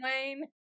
Wayne